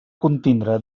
contindre